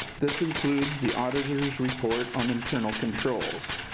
this includes the auditor's report on internal controls.